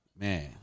Man